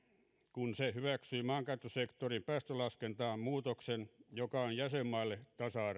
kun se hyväksyi maankäyttösektorin päästölaskentaan muutoksen joka on jäsenmaille tasa arvoinen